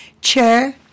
Chair